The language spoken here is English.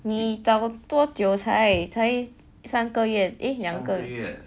你找多久才才三个月